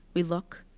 we look.